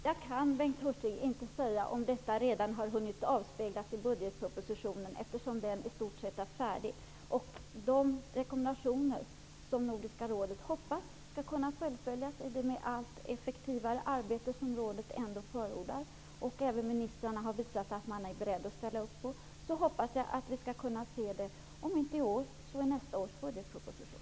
Herr talman! Jag kan, Bengt Hurtig, inte säga om detta redan har hunnit avspeglas i budgetpropositionen, eftersom den i stort sett är klar. De rekommendationer som Nordiska rådet hoppas skall kunna fullföljas, med det allt effektivare arbete som rådet förordar, och som även ministrarna sagt sig vara beredda att ställa upp på, hoppas jag att vi skall kunna se det, om inte i årets, så i nästa års budgetproposition.